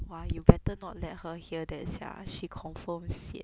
!wah! you better not let her hear that sia she confirm sian